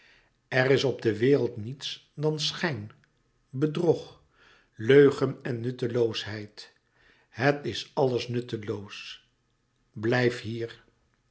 er is op de wereld niets dan schijn bedrog leugen en nutteloosheid het is alles nutteloos blijf hier